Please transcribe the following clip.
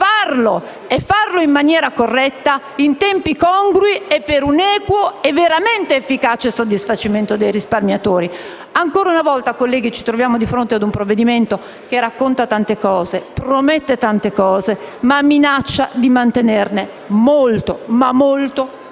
potuto farlo in maniera corretta, in tempi congrui e per un equo ed efficace soddisfacimento dei risparmiatori. Ancora una volta, colleghi, ci troviamo di fronte ad un provvedimento che racconta tante cose, promette tante cose ma minaccia di mantenerne molto ma molto poche.